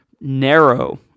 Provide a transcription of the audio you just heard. narrow